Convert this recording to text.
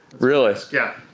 really? so yeah.